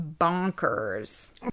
bonkers